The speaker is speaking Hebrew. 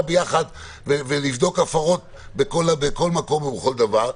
ביחד ולבדוק הפרות בכל מקום ובכל דבר.